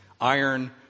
Iron